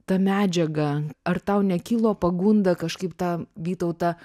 ta medžiaga ar tau nekilo pagunda kažkaip tą vytautą